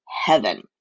heaven